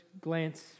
glance